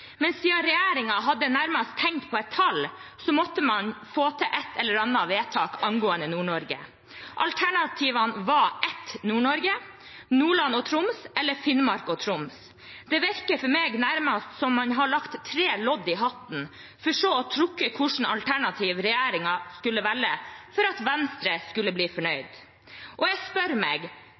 Men siden regjeringen nærmest hadde tenkt på et tall, måtte man få til et eller annet vedtak angående Nord-Norge. Alternativene var ett Nord-Norge, Nordland og Troms, eller Finnmark og Troms. Det virker for meg nærmest som man har lagt tre lodd i hatten, for så å trekke hvilket alternativ regjeringen skulle velge for at Venstre skulle bli fornøyd. Jeg spør meg